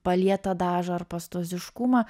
palietą dažą ar pastoziškumą